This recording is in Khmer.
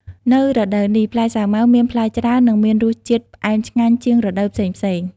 នៅរដូវនេះ ផ្លែសាវម៉ាវមានផ្លែច្រើន និងមានរសជាតិផ្អែមឆ្ងាញ់ជាងរដូវផ្សេងៗ។